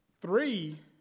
three